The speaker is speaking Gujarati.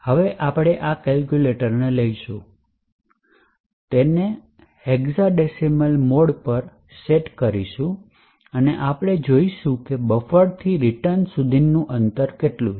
હવે આપણે આપણા કેલ્ક્યુલેટરને લઈશું તેને સેટ હેક્સાડેસિમલ મોડ પર કરો અને આપણે જોશું કે બફરથી રીટર્ન સુધીનું અંતર કેટલું છે